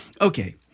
okay